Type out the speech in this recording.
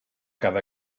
cada